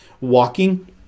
walking